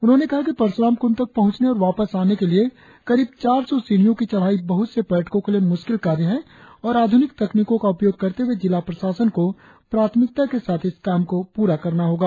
उन्होने कहा कि परशुराम कुंड तक पहुचने और वापस आने के लिए करीब चार सौ सीढ़ियों की चढ़ाई बहुत से पर्यटकों के लिए मुश्किल कार्य है और आधुनिक तकनीकों का उपयोग करते हुए जिला प्रशासन को प्राथमिकता के साथ इस काम को पूरा करना होगा